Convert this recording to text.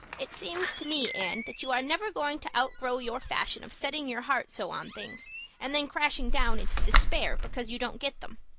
it seems to me, anne, that you are never going to outgrow your fashion of setting your heart so on things and then crashing down into despair because you don't get them.